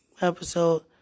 episode